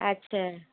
আচ্ছা